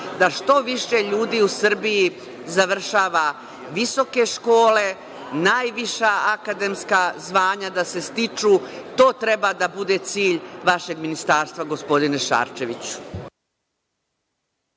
da što više ljudi u Srbiji završava visoke škole, najviša akademska zvanja da se stiču, to treba da bude cilj vašeg ministarstva, gospodine Šarčeviću.